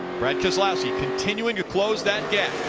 brad keselowski continuing to close that gap.